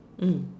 mm